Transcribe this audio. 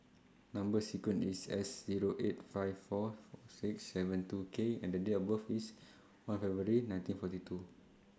Number sequence IS S Zero eight five four four six seven two K and The Date of birth IS one February nineteen forty two